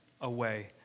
away